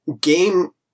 game